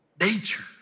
nature